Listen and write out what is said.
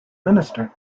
minister